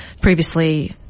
Previously